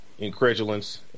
incredulence